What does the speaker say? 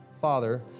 father